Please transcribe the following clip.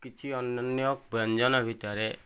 କିଛି ଅନନ୍ୟ ବ୍ୟଞ୍ଜନ ଭିତରେ